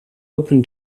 open